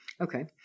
Okay